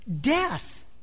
death